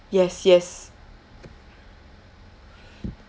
yes yes